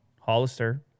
Hollister